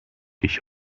ich